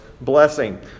blessing